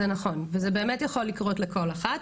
כן, זה נכון, וזה באמת יכול לקרות לכל אחת.